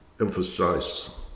emphasize